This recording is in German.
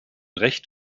recht